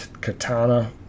Katana